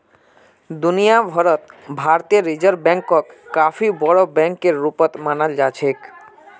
दुनिया भर त भारतीय रिजर्ब बैंकक काफी बोरो बैकेर रूपत मानाल जा छेक